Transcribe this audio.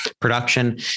production